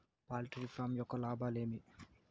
poultry farm యొక్క లాభాలు ఏమి